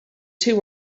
two